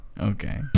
Okay